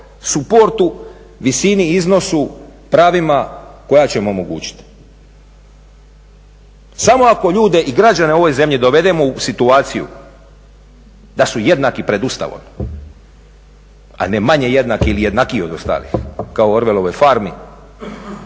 suportu, visini, iznosu, pravima koja …/Govornik se ne razumije./… omogućiti. Samo ako ljude i građane u ovoj zemlji dovedemo u situaciju da su jednaki pred Ustavom a ne manje jednaki ili jednakiji od ostalih kao u Orwelovoj farmi